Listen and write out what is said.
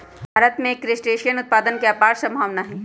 भारत में क्रस्टेशियन उत्पादन के अपार सम्भावनाएँ हई